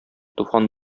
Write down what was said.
туфан